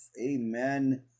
Amen